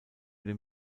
den